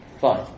Fine